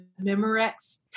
Memorex